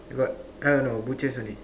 got uh no butchers only